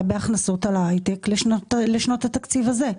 בהכנסות על ההייטק לשנות התקציב הזה,